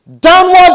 Downward